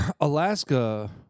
Alaska